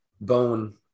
bone